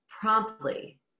promptly